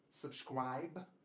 subscribe